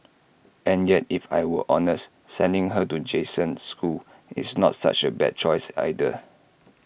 and yet if I were honest sending her to Jason's school is not such A bad choice either